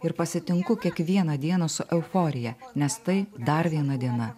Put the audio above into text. ir pasitinku kiekvieną dieną su euforija nes tai dar viena diena